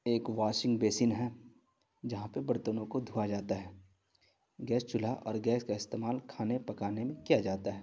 ایک washing basin ہے جہاں پہ برتنوں کو دھویا جاتا ہے گیس چولہا اور گیس کا استعمال کھانے پکانے میں کیا جاتا ہے